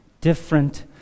Different